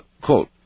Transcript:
Quote